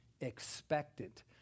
expectant